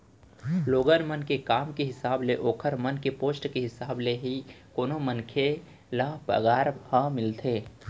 लोगन मन के काम के हिसाब ले ओखर मन के पोस्ट के हिसाब ले ही कोनो मनसे ल पगार ह मिलथे